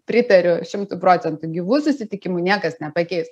pritariu šimtu procentų gyvų susitikimų niekas nepakeis